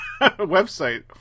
website